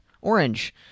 Orange